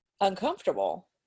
uncomfortable